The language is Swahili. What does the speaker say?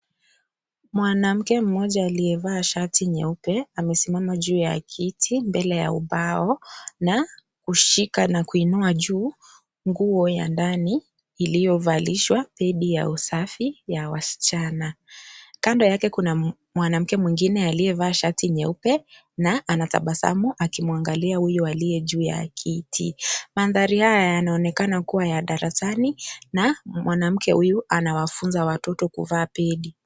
Mwanamke mmoja aliyevaa shati nyeupe amesimama juu ya kiti mbele ya ubao na kushika na kuinua juu nguo ya ndani iliyovalishwa pedi ya usafi ya wasichana. Kando yake kuna mwanamke mwingine aliyevaa shati nyeupe na anatabasamu akimwangalia huyu aliye juu ya kiti, mandhari haya yanaonekana kuwa ya darasani na mwanamke huyu anawafunza watoto kuvaa pedi.